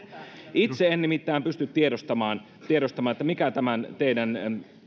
itse en nimittäin pysty tiedostamaan tiedostamaan mikä tämän teidän